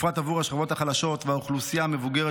בפרט עבור השכבות החלשות והאוכלוסייה המבוגרת,